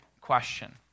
question